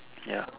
ya